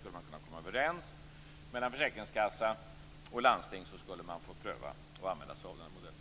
Skulle man kunna komma överens mellan försäkringskassa och landsting skulle man få pröva att använda sig av denna modell.